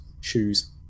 shoes